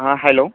हां हॅलो